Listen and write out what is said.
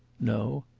no.